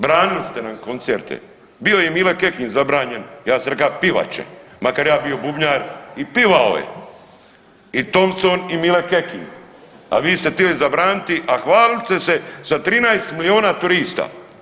Branili ste nam koncerte, bio je i Mile Kekin zabranjen ja sam reka pivat će makar ja bio bubnjar i pivao je i Thompson i Mile Kekin, a vi ste htili zabraniti, a hvalili ste se sa 13 miliona turista.